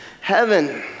heaven